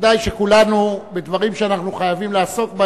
כדאי שכולנו, בדברים שאנחנו חייבים לעסוק בהם,